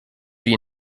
wie